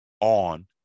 on